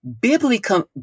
biblically